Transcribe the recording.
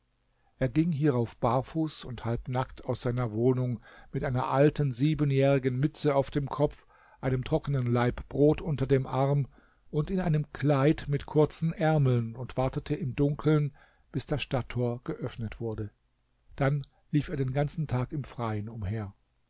er ging hierauf barfuß und halb nackt aus seiner wohnung mit einer alten siebenjährigen mütze auf dem kopf einem trockenen laib brot unter dem arm und in einem kleid mit kurzen ärmeln und wartete im dunkeln bis das stadttor geöffnet wurde dann lief er den ganzen tag im freien umher